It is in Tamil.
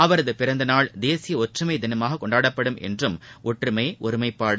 அவரது பிறந்நாள் இந்த ஆண்டு தேசிய ஒற்றுமை தினமாக கொண்டாடப்படும் என்றும் ஒற்றுமை ஒருமைப்பாடு